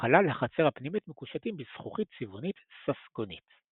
בחלל החצר הפנימית מקושטים בזכוכית צבעונית ססגונית.